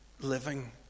living